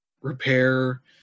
repair